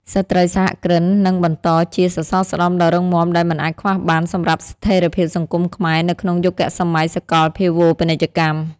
ស្ត្រីសហគ្រិននឹងបន្តជាសសរស្តម្ភដ៏រឹងមាំដែលមិនអាចខ្វះបានសម្រាប់ស្ថិរភាពសង្គមខ្មែរនៅក្នុងយុគសម័យសកលភាវូបនីយកម្ម។